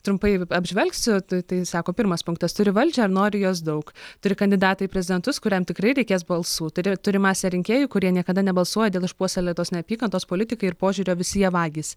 trumpai apžvelgsiu tai sako pirmas punktas turi valdžią ir nori jos daug turi kandidatą į prezidentus kuriam tikrai reikės balsų turi turi masę rinkėjų kurie niekada nebalsuoja dėl išpuoselėtos neapykantos politikai ir požiūrio visi jie vagys